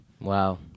Wow